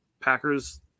packers